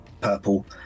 purple